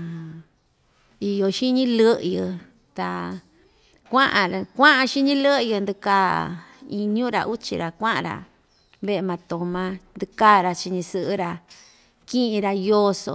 iyo xiñi lɨꞌyɨ ta kuaꞌa kuaꞌan xiñi lɨꞌyɨ ndɨkaa iin ñuꞌu‑ra uchi‑ra kuaꞌa‑ra veꞌe matoma ndɨka‑ra chiꞌin ñasɨꞌɨ‑ra kiꞌin‑ra yoso.